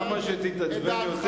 כמה שתתעצבן יותר,